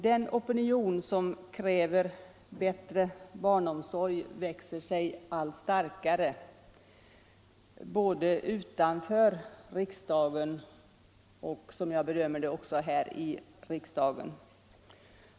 Den opinion som kräver bättre barnomsorg växer sig allt starkare både utanför riksdagen och, som jag bedömer det, även i detta hus.